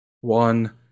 one